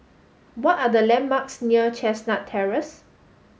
what are the landmarks near Chestnut Terrace